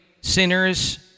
sinners